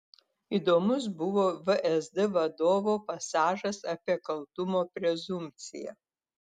įdomus buvo vsd vadovo pasažas apie kaltumo prezumpciją